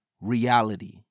reality